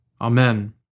Amen